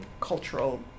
cultural